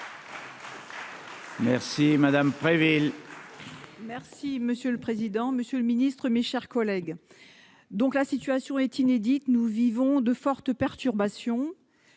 Merci madame Préville.